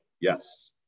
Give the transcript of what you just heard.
yes